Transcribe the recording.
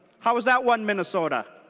how is that one minnesota?